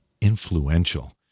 influential